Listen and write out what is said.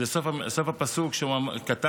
היא סוף הפסוק, שבו הוא כתב: